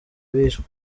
bishwe